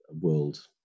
world